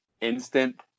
instant